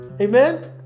Amen